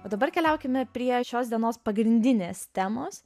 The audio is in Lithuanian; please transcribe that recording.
o dabar keliaukime prie šios dienos pagrindinės temos